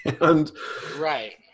Right